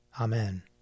Amen